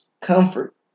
Comfort